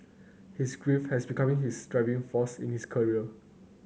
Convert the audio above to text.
his grief has becoming his driving force in his career